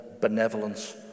benevolence